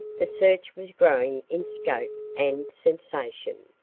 the search was growing in scope and sensation.